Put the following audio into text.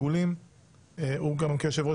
אבל כל יוזמה